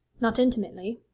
not intimately.